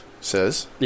Says